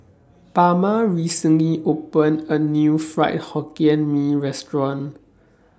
Bama recently opened A New Fried Hokkien Mee Restaurant